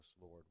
Lord